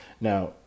Now